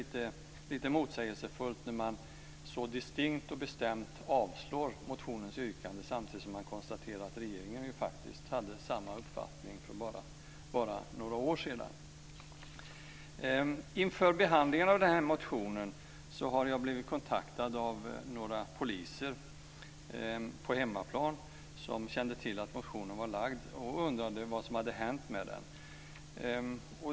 Det är lite motsägelsefullt när utskottet så distinkt och bestämt avstyrker motionsyrkandet samtidigt som utskottet konstaterar att regeringen för bara några år sedan faktiskt hade samma uppfattning. Inför behandlingen av motionen har jag blivit kontaktad av några poliser på hemmaplan som kände till att motionen hade väckts. De undrade vad som hade hänt med den.